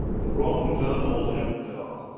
the wrong done old ekdal,